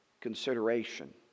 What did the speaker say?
consideration